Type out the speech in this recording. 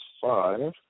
Five